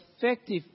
effective